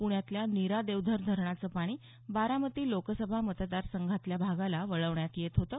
पुण्यातील निरा देवघर धरणाचं पाणी बारामती लोकसभा मतदार संघातील भागाला वळवण्यात येत होतं